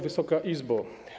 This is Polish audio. Wysoka Izbo!